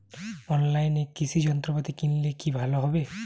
অনলাইনে কৃষি যন্ত্রপাতি কিনলে কি ভালো হবে?